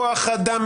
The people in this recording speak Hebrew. כוח אדם,